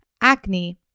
acne